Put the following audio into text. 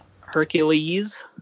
Hercules